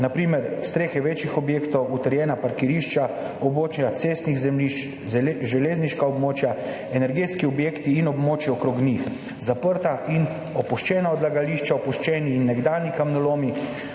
na primer strehe večjih objektov, utrjena parkirišča, območja cestnih zemljišč, železniška območja, energetski objekti in območje okrog njih, zaprta in opuščena odlagališča, opuščeni in nekdanji kamnolomi,